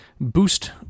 boost